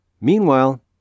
Meanwhile